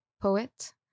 poet